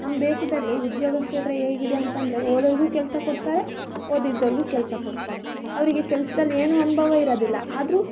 ನಮ್ಮ ದೇಶದಲ್ಲಿ ಉದ್ಯೋಗ ಕ್ಷೇತ್ರ ಹೇಗಿದೆ ಅಂತ ಅಂದರೆ ಓದದವರಿಗೂ ಕೆಲಸ ಕೊಡ್ತಾರೆ ಓದಿದ್ದವರಿಗೂ ಕೆಲಸ ಕೊಡ್ತಾರೆ ಅವರಿಗೆ ಕೆಲಸದಲ್ಲಿ ಏನೂ ಅನುಭವ ಇರೋದಿಲ್ಲ ಆದರೂ